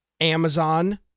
Amazon